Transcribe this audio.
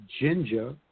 ginger